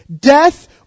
death